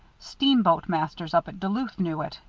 steamboat masters up at duluth knew it,